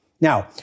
Now